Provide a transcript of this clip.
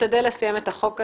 ולהשתדל לסיים את החוק הזה.